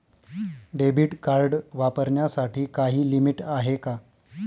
Debit card वापरण्यासाठी काही limit आहे का?